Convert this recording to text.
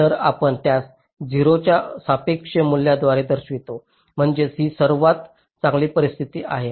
तर आपण त्यास 0 च्या सापेक्ष मूल्याद्वारे दर्शवितो म्हणजेच ही सर्वात चांगली परिस्थिती आहे